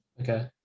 Okay